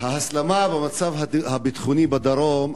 ההסלמה במצב הביטחוני בדרום,